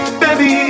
baby